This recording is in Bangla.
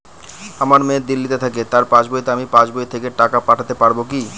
আমার মেয়ে দিল্লীতে থাকে তার পাসবইতে আমি পাসবই থেকে টাকা পাঠাতে পারব কি?